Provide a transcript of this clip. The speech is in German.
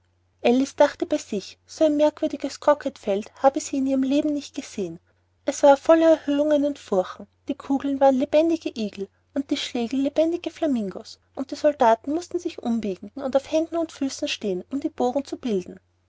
dachte bei sich ein so merkwürdiges croquet feld habe sie in ihrem leben nicht gesehen es war voller erhöhungen und furchen die kugeln waren lebendige igel und die schlägel lebendige flamingos und die soldaten mußten sich umbiegen und auf händen und füßen stehen um die bogen zu bilden